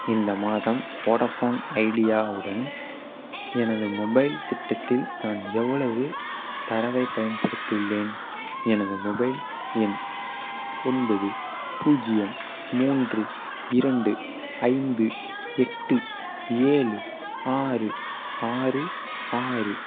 இந்த மாதம் Vodafone Idea உடன் எனது மொபைல் திட்டத்தில் நான் எவ்வளவு தரவைப் பயன்படுத்தி உள்ளேன் எனது மொபைல் எண் ஒன்பது பூஜ்ஜியம் மூன்று இரண்டு ஐந்து எட்டு ஏழு ஆறு ஆறு ஆறு